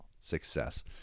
success